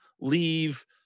leave